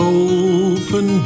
open